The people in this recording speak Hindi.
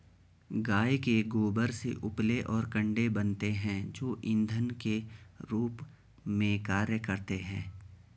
गाय के गोबर से उपले और कंडे बनते हैं जो इंधन के रूप में कार्य करते हैं